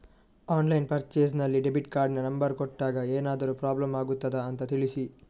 Online purchase ನಲ್ಲಿ debit ಕಾರ್ಡಿನ number ಕೊಟ್ಟಾಗ ಏನಾದರೂ ಪ್ರಾಬ್ಲಮ್ ಆಗುತ್ತದ ಅಂತ ತಿಳಿಸಿ?